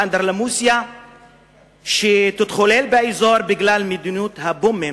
מאנדרלמוסיה שתתחולל באזור בגלל מדיניות ה"בומים"